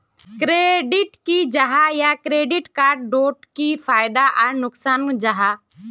Credit की जाहा या क्रेडिट कार्ड डोट की फायदा आर नुकसान जाहा?